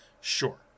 Sure